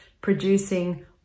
producing